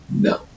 No